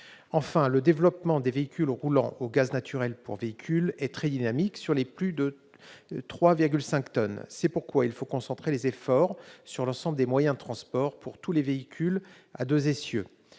Enfin, le développement des véhicules roulant au gaz naturel pour véhicule est très dynamique pour ce qui concerne les véhicules de plus de 3,5 tonnes. C'est pourquoi il faut concentrer les efforts sur l'ensemble des moyens de transport pour tous les véhicules à deux essieux.